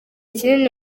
kinini